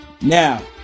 Now